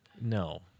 No